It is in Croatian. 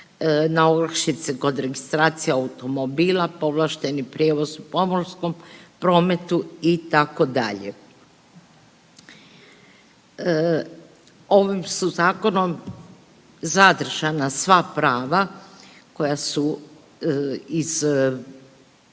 na olakšice kod registracija automobila, povlašteni prijevoz u pomorskom prometu itd. Ovim su zakonom zadržana sva prava koja su iz